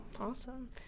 Awesome